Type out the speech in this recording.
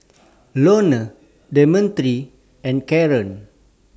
Lorne Demetri and Karon